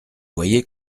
voyez